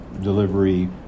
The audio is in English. delivery